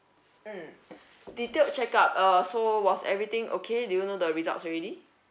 mm detailed check-up uh so was everything okay do you know the results already